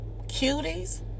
cuties